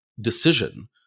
decision